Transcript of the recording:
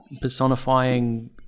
personifying